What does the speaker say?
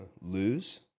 lose